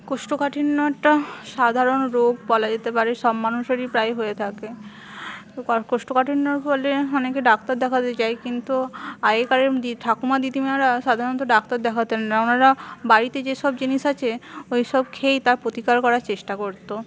কোষ্ঠকাঠিন্য একটা সাধারণ রোগ বলা যেতে পারে সব মানুষেরই প্রায় হয়ে থাকে কোষ্ঠকাঠিন্যের ফলে অনেকে ডাক্তার দেখাতে যায় কিন্তু আগেকার ঠাকুমা দিদিমারা সাধারণত ডাক্তার দেখাতেন না ওনারা বাড়িতে যেসব জিনিস আছে ওইসব খেয়েই তা প্রতিকার করার চেষ্টা করতো